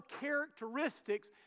characteristics